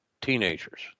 teenagers